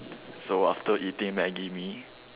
so after eating maggi mee